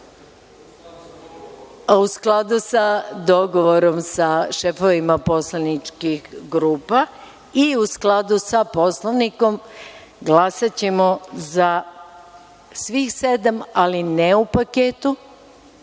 u skladu sa dogovorom sa šefovima poslaničkih grupa i u skladu sa Poslovnikom glasaćemo za svih sedam, ali ne u paketu,